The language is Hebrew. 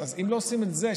אבל אם לא עושים את זה,